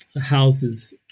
houses